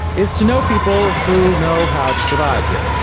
is to know people who know how to survive here,